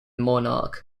monarch